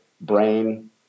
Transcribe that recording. brain